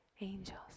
Angels